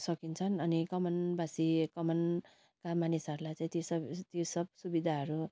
सकिन्छन् अनि कमानवासी कमानका मानिसहरूलाई चाहिँ ती सब ती सब सुविधाहरू